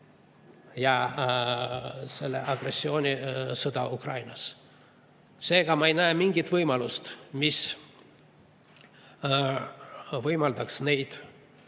ja selle agressioonisõda Ukrainas. Seega ma ei näe mingit võimalust kutsuda neid